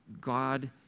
God